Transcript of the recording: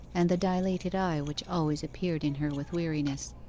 and the dilated eye which always appeared in her with weariness.